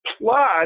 plus